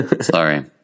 Sorry